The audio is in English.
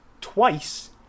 twice